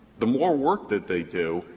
the more work that they do,